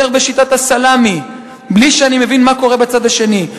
בשיטת הסלאמי בלי שאני מבין מה קורה בצד השני.